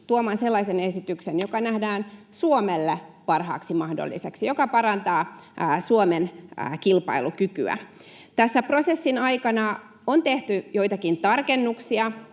tuomaan sellaisen esityksen, joka nähdään Suomelle parhaaksi mahdolliseksi ja joka parantaa Suomen kilpailukykyä. Tässä prosessin aikana on tehty joitakin tarkennuksia